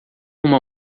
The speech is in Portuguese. uma